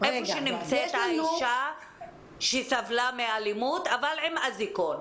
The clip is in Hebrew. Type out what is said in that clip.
איפה שנמצאת האישה שסבלה מאלימות, אבל עם אזיקון?